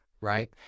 Right